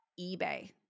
eBay